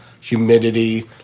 humidity